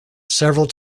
several